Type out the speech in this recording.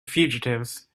fugitives